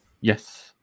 Yes